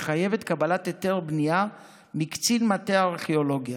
מחייבת קבלת היתר בנייה מקצין מטה ארכיאולוגיה.